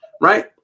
right